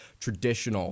traditional